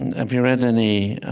and have you read any